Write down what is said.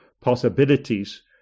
possibilities